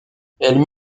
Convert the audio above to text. elle